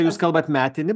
jūs kalbat metinį